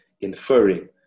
inferring